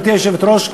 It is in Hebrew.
גברתי היושבת-ראש,